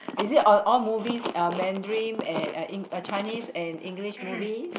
is it all movies are Mandarin and and Chinese and English movies